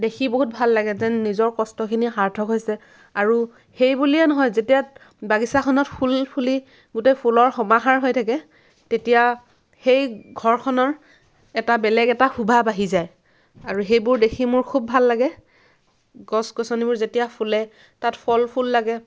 দেখি বহুত ভাল লাগে যেন নিজৰ কষ্ট খিনি সাৰ্থক হৈছে আৰু সেই বুলিয়েই নহয় যেতিয়া বাগিচাখনত ফুল ফুলি গোটেই ফুলৰ সমাহাৰ হৈ থাকে তেতিয়া সেই ঘৰখনৰ এটা বেলেগ এটা শোভা বাঢ়ি যায় আৰু সেইবোৰ দেখি মোৰ খুব ভাল লাগে গছ গছনিবোৰ যেতিয়া ফুলে তাত ফল ফুল লাগে